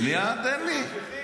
שנייה, תן לי.